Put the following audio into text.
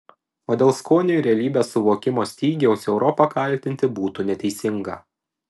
o dėl skonio ir realybės suvokimo stygiaus europą kaltinti būtų neteisinga